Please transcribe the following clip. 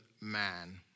man